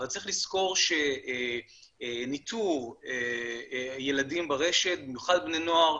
אבל צריך לזכור שניטור ילדים ברשת במיוחד בני נוער,